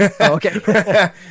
okay